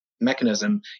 mechanism